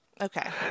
Okay